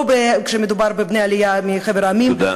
לא כשמדובר בבני העלייה מחבר המדינות -- תודה רבה.